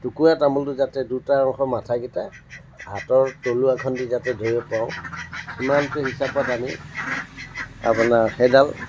টুকুৰা তামুলটো যাতে দুটা ৰসৰ মাথাকেইটা হাতৰ তলুৱাখন দি যাতে ধৰিব পাৰোঁ সিমানতো হিচাপত আনি আপোনাৰ সেইডাল